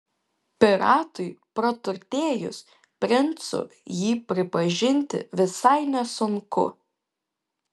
piratui praturtėjus princu jį pripažinti visai nesunku